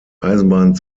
eisenbahn